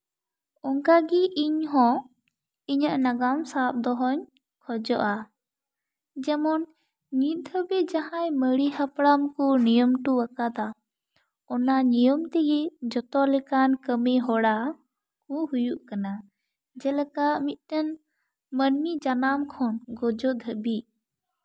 ᱚᱱᱠᱟᱜᱮ ᱤᱧᱦᱚᱸ ᱤᱧᱟᱹᱜ ᱱᱟᱜᱟᱢ ᱥᱟᱵ ᱫᱚᱦᱚᱧ ᱠᱷᱚᱡᱚᱜᱼᱟ ᱡᱮᱢᱚᱱ ᱱᱤᱛ ᱦᱟᱹᱵᱤᱡ ᱡᱟᱦᱟᱸᱭ ᱢᱟᱨᱮ ᱦᱟᱯᱲᱟᱢ ᱠᱚ ᱱᱤᱭᱚᱢ ᱦᱚᱴᱚ ᱟᱠᱟᱫᱟ ᱚᱱᱟ ᱱᱤᱭᱚᱢ ᱛᱮᱜᱮ ᱡᱚᱛᱚ ᱞᱮᱠᱟᱱ ᱠᱟᱹᱢᱤᱦᱚᱨᱟ ᱠᱩ ᱦᱩᱭᱩᱜ ᱠᱟᱱᱟ ᱡᱮᱞᱮᱠᱟ ᱢᱤᱫᱴᱮᱱ ᱢᱟᱹᱱᱢᱤ ᱡᱟᱱᱟᱢ ᱠᱷᱚᱱ ᱜᱚᱡᱚᱜ ᱫᱷᱟᱹᱵᱤᱡᱽ